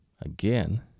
again